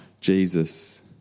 Jesus